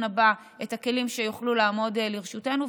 הבא את הכלים שיוכלו לעמוד לרשותנו,